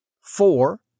four